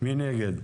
מי נגד?